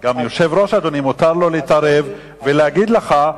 גם ליושב-ראש מותר להתערב ולהגיד לך,